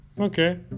okay